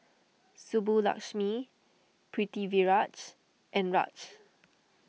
Subbulakshmi Pritiviraj and Raj